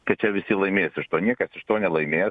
kad čia visi laimės iš to niekas iš to nelaimės